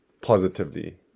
positively